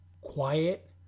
quiet